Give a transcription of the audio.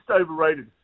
overrated